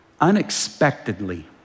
unexpectedly